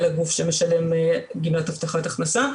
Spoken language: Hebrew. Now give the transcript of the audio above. אלא גוף שמשלם גמלת הבטחת הכנסה,